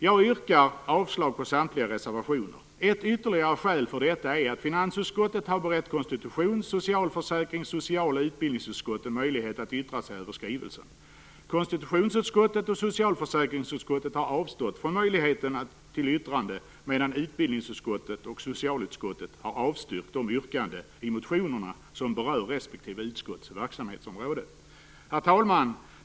Jag yrkar avslag på samtliga reservationer. Ett ytterligare skäl för detta är att finansutskottet har berett konstitutions-, socialförsäkrings-, social och utbildningsutskotten möjlighet att yttra sig över skrivelsen. Konstitutionsutskottet och socialförsäkringsutskottet har avstått från möjligheten till yttrande, medan utbildningsutskottet och socialutskottet har avstyrkt de yrkanden i motionerna som berör respektive utskotts verksamhetsområde. Herr talman!